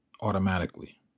automatically